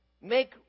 make